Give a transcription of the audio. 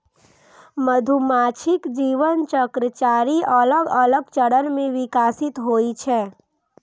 मधुमाछीक जीवन चक्र चारि अलग अलग चरण मे विकसित होइ छै